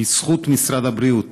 בזכות משרד הבריאות